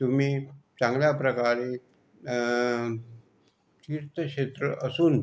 तुम्ही चांगल्या प्रकारे तीर्थक्षेत्र असून